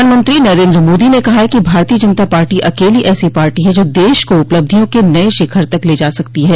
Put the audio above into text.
प्रधानमंत्री नरेन्द्र मोदी ने कहा है कि भारतीय जनता पार्टी अकेली ऐसी पार्टी है जो देश को उपलब्धियों के नये शिखर तक ले जा सकती है